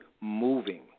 moving